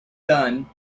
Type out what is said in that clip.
done